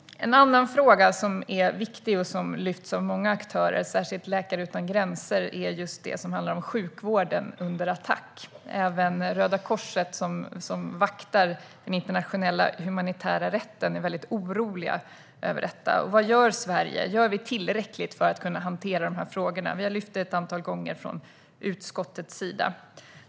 En annan fråga som är viktig och som har lyfts av många aktörer, särskilt Läkare utan gränser, är den om en sjukvård under attack. Även Röda Korset, som vaktar den internationella humanitära rätten, är väldigt oroliga över detta. Vad gör Sverige? Gör vi tillräckligt för att kunna hantera de här frågorna? Vi har lyft fram detta ett antal gånger från utskottets sida.